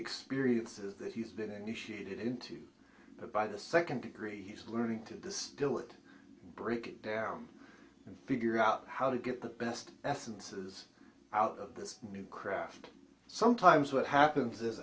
experiences that he has been initiated into but by the second degree he's learning to distill it break it down and figure out how to get the best essences out of this new craft sometimes what happens is